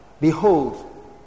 Behold